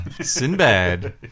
Sinbad